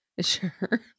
Sure